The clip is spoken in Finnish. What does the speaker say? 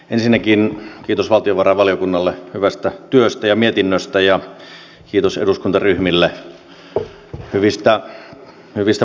ensinnäkin kiitos valtiovarainvaliokunnalle hyvästä työstä ja mietinnöstä ja kiitos eduskuntaryhmille hyvistä puheenvuoroista